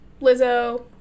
Lizzo